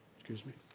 excuse me?